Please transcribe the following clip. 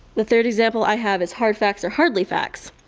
the third example i have is hard facts are hardly facts.